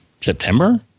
September